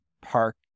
park